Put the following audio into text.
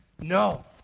No